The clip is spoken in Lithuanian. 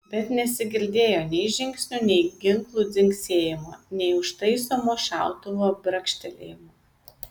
bet nesigirdėjo nei žingsnių nei ginklų dzingsėjimo nei užtaisomo šautuvo brakštelėjimo